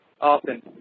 often